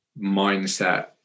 mindset